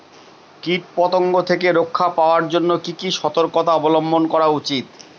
কীটপতঙ্গ থেকে রক্ষা পাওয়ার জন্য কি কি সর্তকতা অবলম্বন করা উচিৎ?